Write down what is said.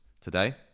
today